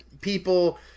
people